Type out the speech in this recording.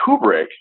Kubrick